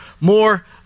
more